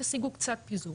תשיגו קצת פיזור.